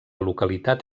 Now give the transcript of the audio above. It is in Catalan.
localitat